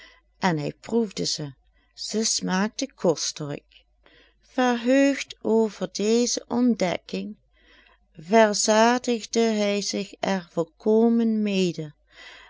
en hij proefde ze ze smaakten kostelijk verheugd over deze ontdekking verzadigde hij zich er volkomen mede